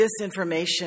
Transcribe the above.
disinformation